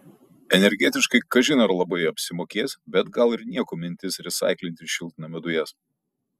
energetiškai kažin ar labai apsimokės bet gal ir nieko mintis resaiklinti šiltnamio dujas